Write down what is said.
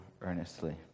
earnestly